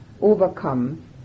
overcome